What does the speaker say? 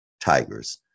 Tigers